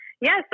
Yes